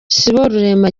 siborurema